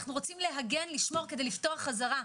ואנחנו רוצים להגן ולשמור כדי לפתוח חזרה.